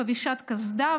חבישת קסדה,